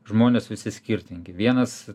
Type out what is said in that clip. žmonės visi skirtingi vienas